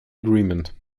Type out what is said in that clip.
agreement